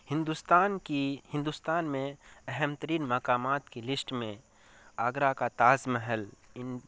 ہندوستان کی ہندوستان میں اہم ترین مقامات کی لسٹ میں آگرہ کا تاج محل ان